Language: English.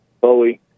Bowie